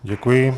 Děkuji.